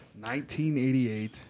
1988